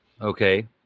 Okay